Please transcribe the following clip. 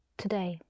today